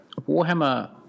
Warhammer